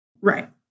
Right